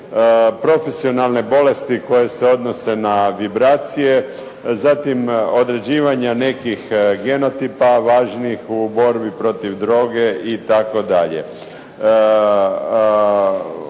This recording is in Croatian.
profesionalne bolesti koje se odnose na vibracije, zatim određivanja nekih genotipa važnih u borbi protiv droge itd.